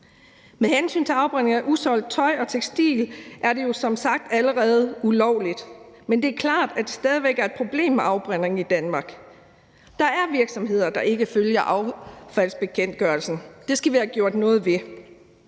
Med hensyn til afbrænding af usolgt tøj og tekstil er det jo som sagt allerede ulovligt, men det er klart, at der stadig væk er et problem med afbrænding i Danmark. Der er virksomheder, der ikke følger affaldsbekendtgørelsen. Det skal vi have gjort noget ved.